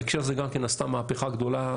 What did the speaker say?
בהקשר הזה גם נעשתה מהפכה גדולה,